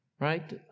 Right